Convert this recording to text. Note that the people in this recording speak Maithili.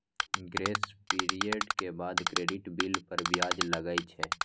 ग्रेस पीरियड के बाद क्रेडिट बिल पर ब्याज लागै छै